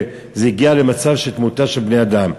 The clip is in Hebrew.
זה הגיע למצב של תמותה של בני-אדם.